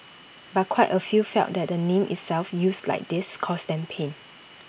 but quite A few felt that the name itself used like this caused them pain